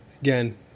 again